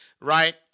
right